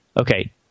okay